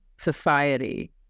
society